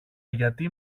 γιατί